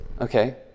okay